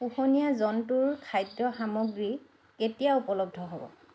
পোহনীয়া জন্তুৰ খাদ্য সামগ্ৰী কেতিয়া উপলব্ধ হ'ব